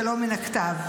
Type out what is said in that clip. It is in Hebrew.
זה לא מן הכתב.